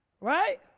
Right